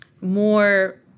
more